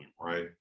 right